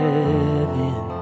Heaven